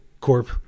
Corp